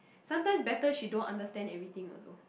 sometimes better she don't understand everything also